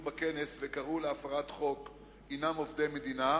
בכנס וקראו להפרת חוק הם עובדי מדינה?